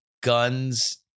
guns